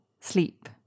Sleep